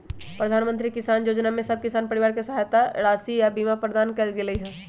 प्रधानमंत्री किसान जोजना में सभ किसान परिवार के सहायता राशि आऽ बीमा प्रदान कएल गेलई ह